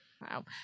wow